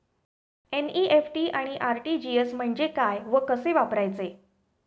NEFT आणि RTGS म्हणजे काय व कसे वापरायचे?